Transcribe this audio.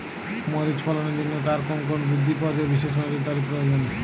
মরিচ ফলনের জন্য তার কোন কোন বৃদ্ধি পর্যায়ে বিশেষ নজরদারি প্রয়োজন?